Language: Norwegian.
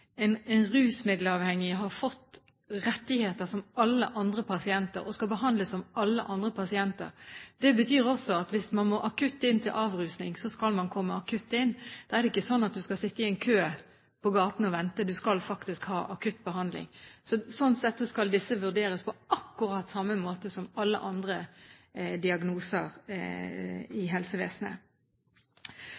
rusmiddelavhengig har fått rettigheter som alle andre pasienter, og skal behandles som alle andre pasienter. Det betyr også at hvis man akutt må inn til avrusning, skal man komme akutt inn. Da er det ikke sånn at du skal sitte i en kø på gaten og vente, du skal faktisk ha akutt behandling. Sånn sett skal disse pasientenes diagnose vurderes på akkurat samme måte som alle andre diagnoser i